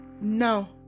now